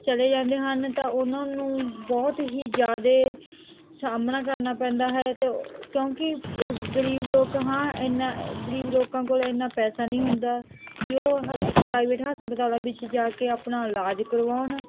ਚਲੇ ਜਾਂਦੇ ਹਨ ਤਾਂ ਉਹਨਾਂ ਨੂੰ ਬਹੁਤ ਹੀ ਜ਼ਿਆਦਾ ਸਾਹਮਣਾ ਕਰਨਾ ਪੈਂਦਾ ਹੈ ਅਤੇ ਕਿਉਂਕਿ ਉਹ ਗਰੀਬ ਲੋਕ ਹਾਂ ਇਹਨਾਂ ਗਰੀਬ ਲੋਕਾਂ ਕੋਲ ਇੰਨਾ ਪੈਸਾ ਨਹੀਂ ਹੁੰਦਾ ਵੀ ਉਹ ਹਸ ਪ੍ਰਾਈਵੇਟ ਹਸਪਤਾਲਾਂ ਵਿੱਚ ਜਾ ਕੇ ਆਪਣਾ ਇਲਾਜ ਕਰਵਾਉਣ